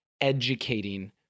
educating